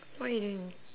what are you doing